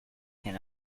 can